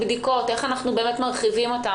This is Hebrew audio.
נושא הבדיקות איך אנחנו מרחיבים אותן?